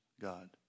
God